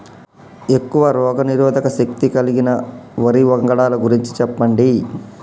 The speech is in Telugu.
ఎక్కువ రోగనిరోధక శక్తి కలిగిన వరి వంగడాల గురించి చెప్పండి?